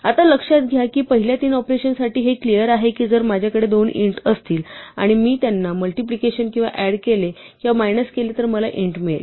आता लक्षात घ्या की पहिल्या तीन ऑपरेशनसाठी हे क्लिअर आहे की जर माझ्याकडे 2 इंट असतील आणि मी त्यांना मल्टिप्लिकेशन किंवा ऍड केले किंवा मायनस केले तर मला इंट मिळेल